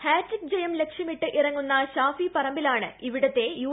hat trick ജയം ലക്ഷ്യമിട്ട് ഇറങ്ങുന്ന ഷാഫി പറമ്പിലാണ് ഇവിടുത്തെ യു